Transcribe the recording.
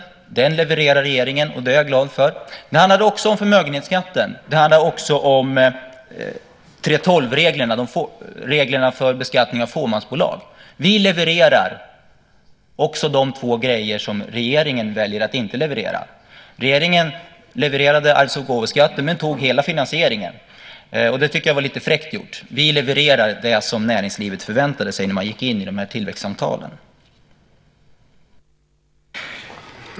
Den levererade regeringen, och det är jag glad för. Det handlade också om förmögenhetsskatten och om 3:12-reglerna, reglerna för beskattning av fåmansbolag. Vi levererar också de två grejer som regeringen väljer att inte leverera. Regeringen levererade arvs och gåvoskatten men tog hela finansieringen, vilket jag tycker var lite fräckt gjort. Vi levererar det som näringslivet förväntade sig när man gick in i tillväxtsamtalen.